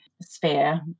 sphere